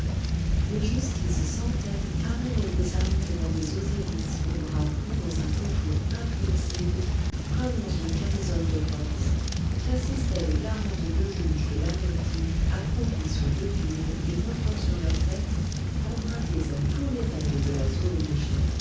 des justices acéphales amenaient des âmes devant des osiris aux bras pris dans un contour inflexible comme dans une camisole de force qu'assistaient les quarante-deux juges de l'amenti accroupis sur deux files et portant sur leurs têtes empruntées à tous les règnes de la zoologie